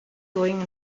going